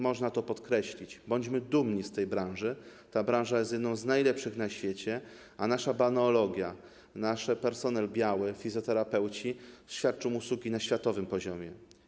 Można to podkreślić: bądźmy dumni z tej branży, ta branża jest jedną z najlepszych na świecie, a nasza balneologia, nasz personel biały, fizjoterapeuci świadczą usługi na światowym poziomie.